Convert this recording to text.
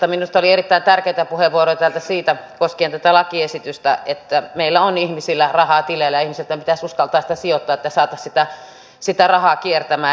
minusta täällä oli erittäin tärkeitä puheenvuoroja koskien tätä lakiesitystä siitä että meillä on ihmisillä rahaa tileillä ja ihmistenhän pitäisi uskaltaa sitä sijoittaa että saataisiin sitä rahaa kiertämään